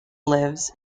lives